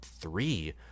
three